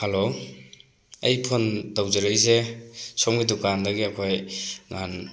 hello ꯑꯩ phone ꯇꯧꯖꯔꯛꯏꯖꯦ ꯁꯣꯝꯒꯤ ꯗꯨꯀꯥꯟꯗꯒꯤ ꯑꯩꯈꯣꯏ ꯅꯍꯥꯟ